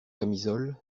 camisole